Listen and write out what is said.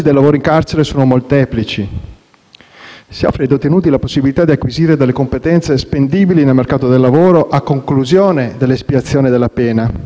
Si offre ai detenuti la possibilità di acquisire delle competenze spendibili nel mercato del lavoro, a conclusione dell'espiazione della pena.